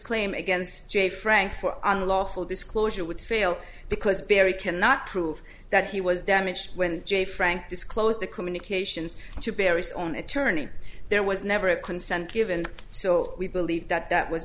claim against j frank for unlawful disclosure would fail because barry cannot prove that he was damaged when j frank disclosed the communications to barry's own attorney there was never a consent given so we believe that that w